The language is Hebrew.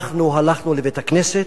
הלכנו לבית-הכנסת,